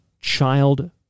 child